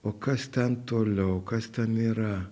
o kas ten toliau kas ten yra